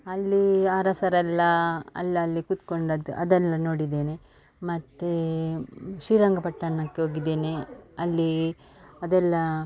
ಅಲ್ಲಿ ಅರಸರೆಲ್ಲ ಅಲ್ಲಲ್ಲಿ ಕೂತ್ಕೊಂಡದ್ದು ಅದೆಲ್ಲ ನೋಡಿದ್ದೇನೆ ಮತ್ತು ಶ್ರೀರಂಗಪಟ್ಟಣಕ್ಕೆ ಹೋಗಿದೇನೆ ಅಲ್ಲಿ ಅದೆಲ್ಲ